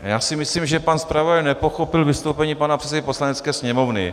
Já si myslím, že pan zpravodaj nepochopil vystoupení pana předsedy Poslanecké sněmovny.